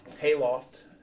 hayloft